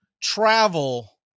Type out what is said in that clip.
travel